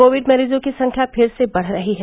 Covid मरीजों की संख्या फिर से बढ़ रही है